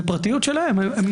זו הפרטיות שלהם.